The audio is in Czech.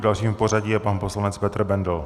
Dalším v pořadí je pan poslanec Petr Bendl.